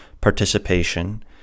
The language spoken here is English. participation